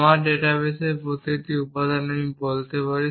আমার ডাটাবেসের প্রতিটি উপাদান আমি বলতে পারি